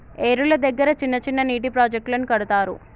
ఏరుల దగ్గర చిన్న చిన్న నీటి ప్రాజెక్టులను కడతారు